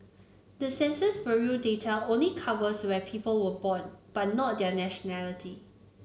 the Census Bureau data only covers where people were born but not their nationality